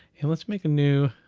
and let's make a new